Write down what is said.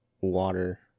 water